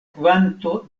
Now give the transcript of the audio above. kvanto